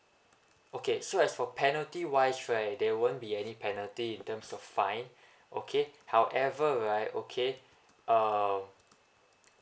okay so as for penalty wise right there won't be any penalty in terms of fine okay however right okay uh